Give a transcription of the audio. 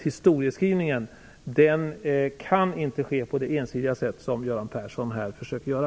Historieskrivningen kan inte ske på det ensidiga sätt som Göran Persson här försöker göra.